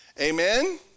Amen